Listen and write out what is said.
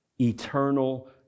eternal